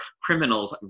criminals